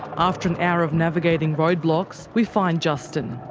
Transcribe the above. after an hour of navigating road blocks. we find justin.